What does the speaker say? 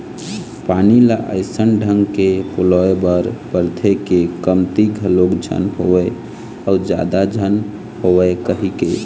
पानी ल अइसन ढंग के पलोय बर परथे के कमती घलोक झन होवय अउ जादा झन होवय कहिके